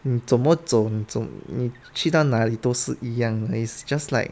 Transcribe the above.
你怎么走走你去到哪里都是一样 is just like